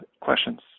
Questions